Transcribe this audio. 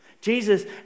Jesus